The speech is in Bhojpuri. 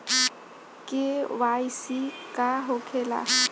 के.वाइ.सी का होखेला?